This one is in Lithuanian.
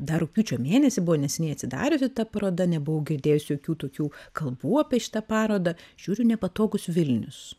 dar rugpjūčio mėnesį buvo neseniai atsidariusi ta paroda nebuvau girdėjusi jokių tokių kalbų apie šitą parodą žiūriu nepatogūs vilnius